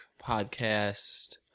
podcast